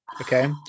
okay